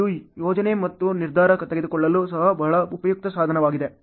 ಇದು ಯೋಜನೆ ಮತ್ತು ನಿರ್ಧಾರ ತೆಗೆದುಕೊಳ್ಳಲು ಸಹ ಬಹಳ ಉಪಯುಕ್ತ ಸಾಧನವಾಗಿದೆ